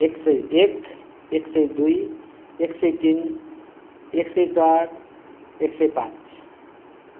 एक सय एक एक सय दुई एक सय तिन एक सय चार एक सय पाँच